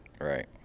right